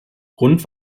grund